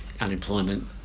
unemployment